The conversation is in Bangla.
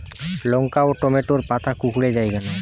লঙ্কা ও টমেটোর পাতা কুঁকড়ে য়ায় কেন?